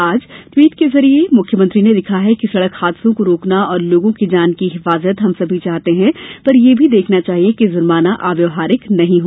आज ट्वीट के जरिए मुख्यमंत्री ने लिखा है कि सड़क हादसों को रोकना और लोगो की जान की हिफाजत हम भी चाहते हैं पर यह भी देखना चाहिये कि जूर्माना अव्यवहारिक नहीं हो